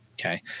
Okay